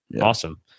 awesome